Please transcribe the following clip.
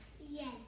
Yes